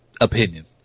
opinion